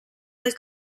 del